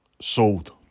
Sold